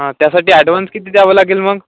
हा त्यासाठी ॲडवान्स किती द्यावं लागेल मग